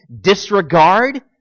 disregard